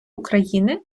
україни